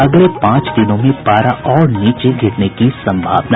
अगले पांच दिनों में पारा और नीचे गिरने की सम्भावना